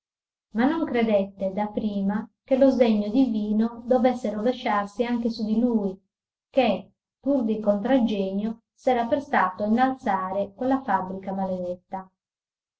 ma non credette dapprima che lo sdegno divino dovesse rovesciarsi anche su lui che pur di contraggenio s'era prestato a innalzare quella fabbrica maledetta